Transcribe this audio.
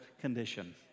condition